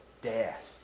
death